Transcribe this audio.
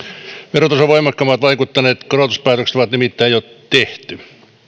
verotasoon voimakkaimmin vaikuttaneet korotuspäätökset on nimittäin jo tehty helmikuun